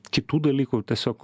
kitų dalykų tiesiog